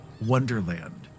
wonderland